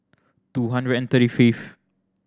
two hundred and thirty fifth